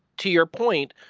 to your point,